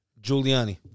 Giuliani